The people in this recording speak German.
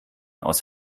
aus